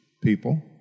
people